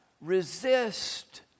resist